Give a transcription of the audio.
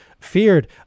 feared